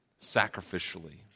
sacrificially